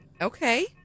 Okay